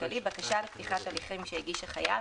כלכלי בקשה לפתיחת הליכים שהגיש החייב,